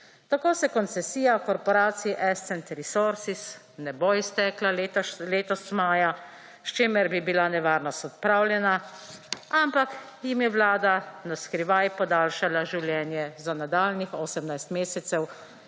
Tako se koncesija korporaciji Ascent Resources ne bo iztekla letos maja, s čimer bi bila nevarnost odpravljena, ampak jim je vlada na skrivaj podaljšala življenje za nadaljnjih 18 mesecev